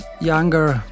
younger